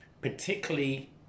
particularly